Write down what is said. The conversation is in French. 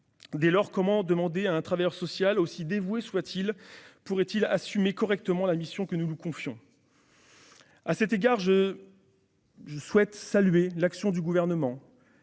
Dès lors, comment un travailleur social, aussi dévoué soit-il, pourrait-il assumer correctement la mission que nous lui confions ? À cet égard, je souhaite saluer l'action du Gouvernement